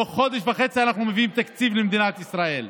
בתוך חודש וחצי אנחנו מביאים תקציב למדינת ישראל.